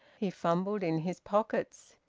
he fumbled in his pockets.